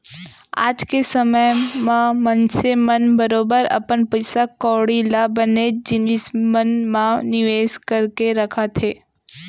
आज के समे म मनसे मन बरोबर अपन पइसा कौड़ी ल बनेच जिनिस मन म निवेस करके रखत हें